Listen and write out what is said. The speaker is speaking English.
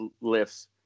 lifts